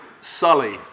Sully